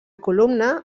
columna